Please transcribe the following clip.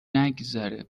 نگذره